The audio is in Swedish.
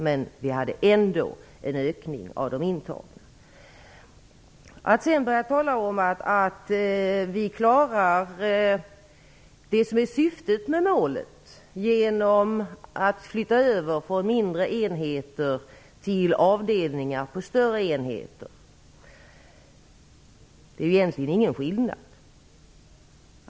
Det var dock en ökning av antalet intagna. Sedan talas det om att vi klarar syftet med målet genom att flytta över från mindre enheter till avdelningar på större enheter. Men här finns egentligen ingen skillnad.